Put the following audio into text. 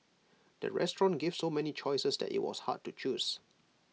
the restaurant gave so many choices that IT was hard to choose